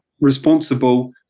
responsible